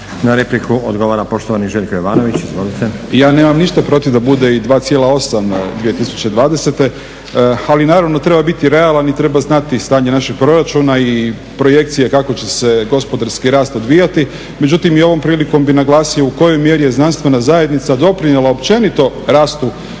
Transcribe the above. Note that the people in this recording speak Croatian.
Izvolite. **Jovanović, Željko (SDP)** Ja nemam ništa protiv da bude i 2,8 2020., ali naravno treba biti realan i treba znati stanje našeg proračuna i projekcije kako će se gospodarski rast odvijati. Međutim, i ovom prilikom bi naglasio u kojoj mjeri je znanstvena zajednica doprinijela općenito rastu